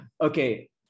Okay